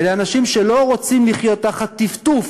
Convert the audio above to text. אלה אנשים שלא רוצים לחיות תחת טפטוף